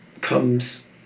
comes